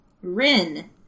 Rin